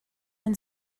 when